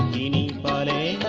dd a